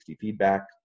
feedback